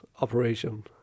operation